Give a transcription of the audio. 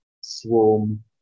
Swarm